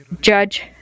judge